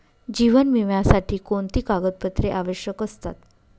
जीवन विम्यासाठी कोणती कागदपत्रे आवश्यक असतात?